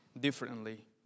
differently